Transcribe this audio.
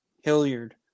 Hilliard